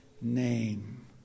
name